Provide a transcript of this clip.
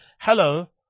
hello